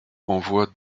envoie